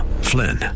Flynn